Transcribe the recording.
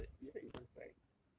actually is that the is that even correct